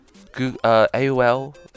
AOL